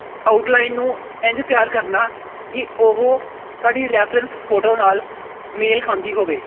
outline ਨੂੰ ਇੰਝ ਤਿਆਰ ਕਰਨਾ ਕਿ ਉਹ ਸਾਡੀ ਰੈਫਰੈਂਸ ਫੋਟੋ ਨਾਲ ਮੇਲ ਖਾਂਦੀ ਹੋਵੇ